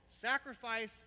sacrifice